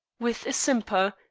with a simper,